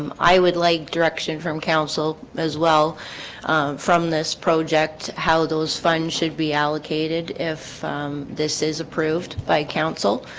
um i would like direction from council as well from this project how those funds should be allocated if this is approved by council